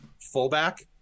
fullback